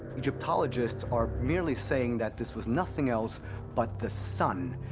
egyptologists are merely saying that this was nothing else but the sun.